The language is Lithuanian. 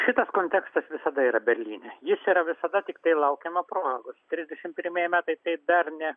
šitas kontekstas visada yra berlyne jis yra visada tiktai laukiama progos trisdešim pirmieji metai tai dar ne